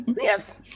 Yes